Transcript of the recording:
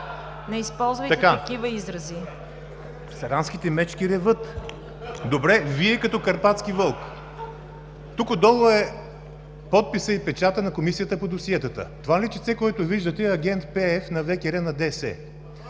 не използвайте такива изрази. АНТОН ТОДОРОВ: Саранските мечки реват. Добре, вие като карпатски вълк. Тук отдолу са подписът и печатът на Комисията по досиета. Това личице, което виждате, е агент Пеев на ВКР на ДС.